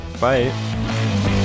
bye